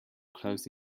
closed